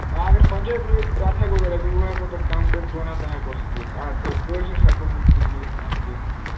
نہ اگر پَنٛجٲبۍ نِیِو تَتھ ہٮ۪کو کٔرِتھ بیٚیہِ وُہ ہٮ۪کو تَتھ کَم کٔرِتھ دۄن ہَتَن ہٮ۪کو سُہ دِتھ آ کٲشرِس ہٮ۪کو نہٕ نِتھ کیٚنٛہہ دِتھ کیٚنٛہہ